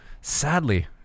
sadly